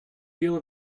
deal